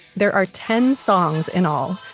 there are ten songs in all,